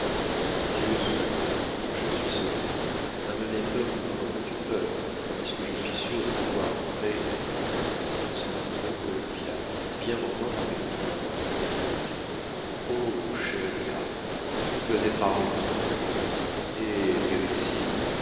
dieu soit loué je suis sauvé un honnête homme aurait eu peur tandis que je suis sûr de pouvoir très olympe bien m'entendre avec toi s'écria le duc o mon cher libérateur tu dois être armé jusqu'aux dents e